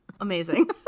amazing